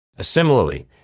Similarly